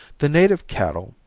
the native cattle,